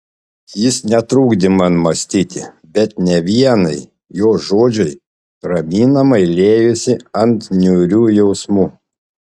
jis netrukdė man mąstyti bet ne vienai jo žodžiai raminamai liejosi ant niūrių jausmų